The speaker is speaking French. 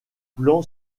plan